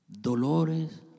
Dolores